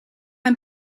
een